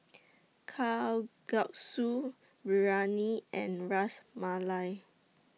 Kalguksu Biryani and Ras Malai